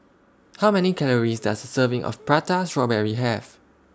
How Many Calories Does A Serving of Prata Strawberry Have